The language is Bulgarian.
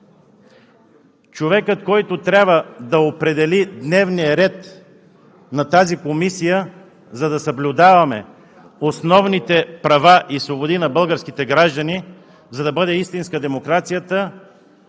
Човекът, който трябва да определи дневния ред на тази комисия, за да съблюдаваме основните права и свободи на българските граждани, за да бъде истинска демокрацията,